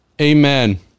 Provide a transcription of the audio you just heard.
Amen